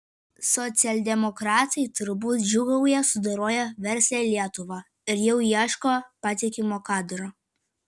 socialdemokratai turbūt džiūgauja sudoroję verslią lietuvą ir jau ieško patikimo kadro